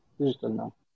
digital